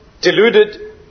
deluded